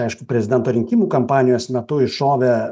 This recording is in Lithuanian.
aišku prezidento rinkimų kampanijos metu iššovė